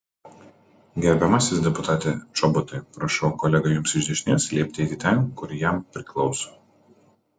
gerbiamasis deputate čobotai prašau kolegai jums iš dešinės liepti eiti ten kur jam priklauso